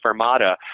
fermata